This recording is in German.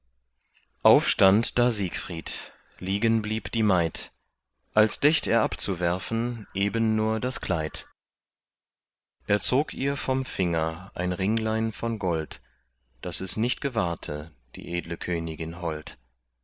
aufstand da siegfried liegen blieb die maid als dächt er abzuwerfen eben nur das kleid er zog ihr vom finger ein ringlein von gold daß es nicht gewahrte die edle königin hold